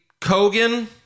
Kogan